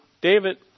David